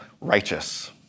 righteous